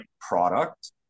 product